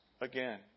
again